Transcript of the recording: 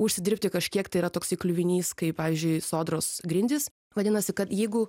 užsidirbti kažkiek tai yra toksai kliuvinys kai pavyzdžiui sodros grindys vadinasi kad jeigu